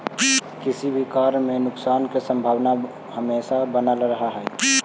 किसी भी कार्य में नुकसान की संभावना हमेशा बनल रहअ हई